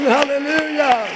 Hallelujah